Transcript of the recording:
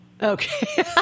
Okay